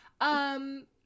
um-